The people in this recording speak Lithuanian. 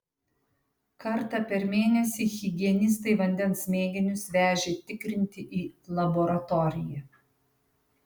kartą per mėnesį higienistai vandens mėginius vežė tikrinti į laboratoriją